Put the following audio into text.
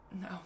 No